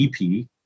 ep